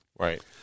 Right